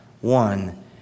one